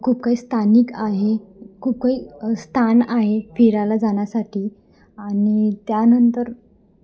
खूप काही स्थानिक आहे खूप काही स्थान आहे फिरायला जाण्यासाठी आणि त्यानंतर